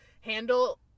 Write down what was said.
handle